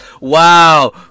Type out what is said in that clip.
Wow